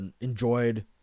enjoyed